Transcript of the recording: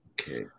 Okay